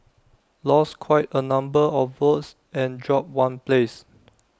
lost quite A number of votes and dropped one place